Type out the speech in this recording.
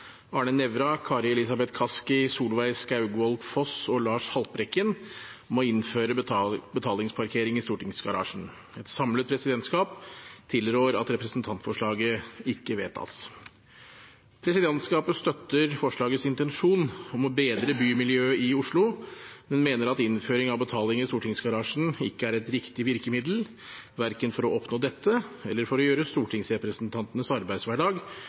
Arne Nævra, Kari Elisabeth Kaski, Solveig Skaugvoll Foss og Lars Haltbrekken om å innføre betalingsparkering i stortingsgarasjen. Et samlet presidentskap tilrår at representantforslaget ikke vedtas. Presidentskapet støtter forslagets intensjon om å bedre bymiljøet i Oslo, men mener at innføring av betaling i stortingsgarasjen ikke er et riktig virkemiddel, verken for å oppnå dette eller for å gjøre stortingsrepresentantenes arbeidshverdag